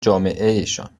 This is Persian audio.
جامعهشان